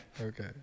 Okay